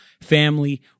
family